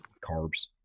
carbs